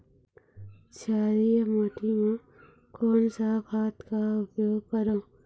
क्षारीय माटी मा कोन सा खाद का उपयोग करों?